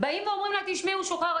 אומרים לה הוא שוחרר,